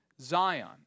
Zion